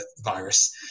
virus